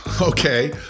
okay